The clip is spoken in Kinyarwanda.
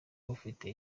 bufite